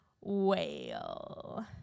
whale